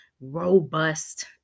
robust